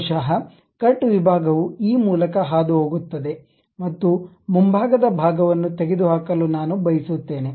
ಬಹುಶಃ ಕಟ್ ವಿಭಾಗವು ಈ ಮೂಲಕ ಹಾದುಹೋಗುತ್ತದೆ ಮತ್ತು ಮುಂಭಾಗದ ಭಾಗವನ್ನು ತೆಗೆದುಹಾಕಲು ನಾನು ಬಯಸುತ್ತೇನೆ